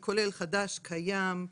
כולל חדש, קיים,